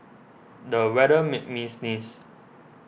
the weather made me sneeze